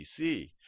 bc